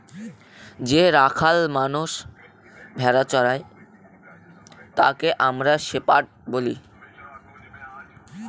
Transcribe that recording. যে রাখাল মানষ ভেড়া চোরাই তাকে আমরা শেপার্ড বলি